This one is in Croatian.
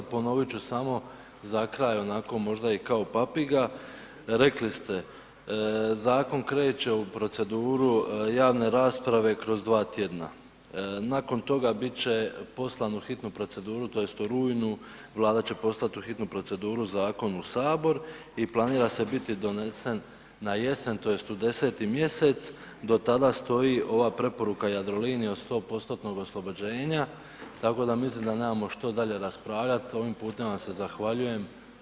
Ponovit ću samo za kraj onako možda i kao papiga, rekli ste zakon kreće u proceduru javne rasprave kroz dva tjedna, nakon toga bit će poslan u hitnu proceduru tj. u rujnu Vlada će poslat u hitnu proceduru zakon u sabor i planira se biti donesen na jesen tj. u 10. mjesec do tada stoji ova preporuka Jadrolinije od 100% oslobođenja, tako da mislim da nemamo što dalje raspravljat, ovim putem se zahvaljujem.